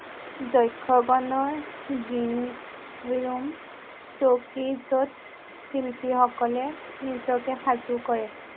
যক্ষগণৰ green room চৌকী য'ত শিল্পীসকলে নিজকে সাজু কৰে